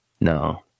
No